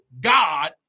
God